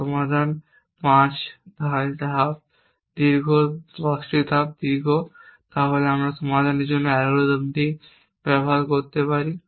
যার সমাধান 5টি ধাপ দীর্ঘ 10 ধাপ দীর্ঘ তাহলে আমরা তাদের সমাধানের জন্য অ্যালগরিদম ব্যবহার করতে পারি